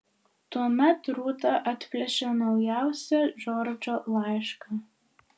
tuomet rūta atplėšė naujausią džordžo laišką